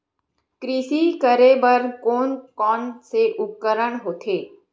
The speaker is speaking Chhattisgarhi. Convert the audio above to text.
कृषि करेबर कोन कौन से उपकरण होथे?